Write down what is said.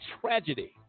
tragedy